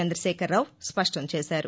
చందశేఖరరావు స్పష్టం చేశారు